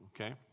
okay